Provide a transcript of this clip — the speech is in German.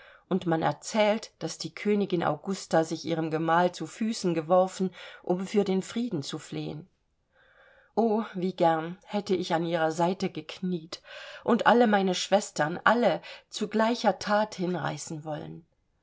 und man erzählt daß die königin augusta sich ihrem gemahl zu füßen geworfen um für den frieden zu flehen o wie gern hätte ich an ihrer seite gekniet und alle meine schwestern alle zu gleicher that hinreißen wollen